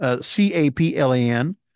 C-A-P-L-A-N